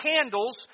candles